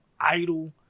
idol